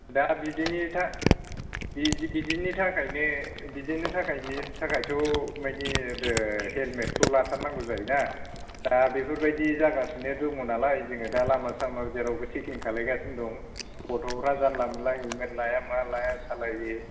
दा बिदिनि था बिदि बिदिनि थाखायनो बिदिनि थाखायनोथ' मानि ओ हेलमेटखौ लाथारनांगौ जायोना दा बेफोरबायदि जागासिनो दङ नालाय जोङो दा लामा सामा जेरावबो सेकिं खालायगासिनो दं गथ'फ्रा जानला मानला हेलमटा लाया मा लाया सालायो